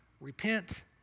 repent